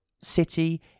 city